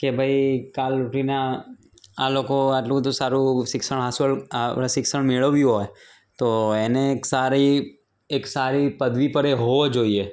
કે ભાઈ કાલે ઉઠીને આ લોકો આટલું બધું સારું શિક્ષણ હાંસુલ આ શિક્ષણ મેળવ્યું હોય તો એને એક સારી એક સારી પદવી પર એ હોવો જોઈએ